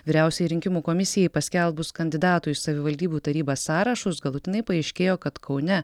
vyriausiąjai rinkimų komisijai paskelbus kandidatų į savivaldybių tarybą sąrašus galutinai paaiškėjo kad kaune